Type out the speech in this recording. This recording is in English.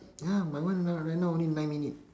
ya my one my one right now only nine minute